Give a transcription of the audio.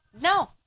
No